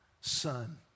Son